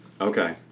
Okay